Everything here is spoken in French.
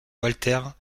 walther